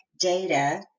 data